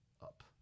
up